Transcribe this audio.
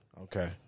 Okay